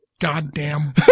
Goddamn